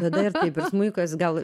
tada ir taip ir smuikas gal